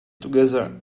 together